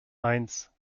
eins